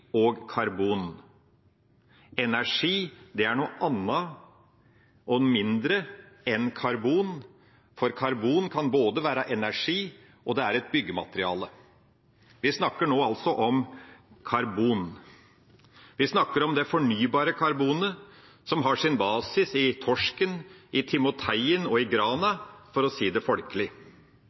og karbon. Energi er noe annet og mindre enn karbon, for karbon kan både være energi og et byggemateriale. Vi snakker altså om karbon. Vi snakker om det fornybare karbonet, som har sin basis i torsken, i timoteien og i grana, for å si det folkelig.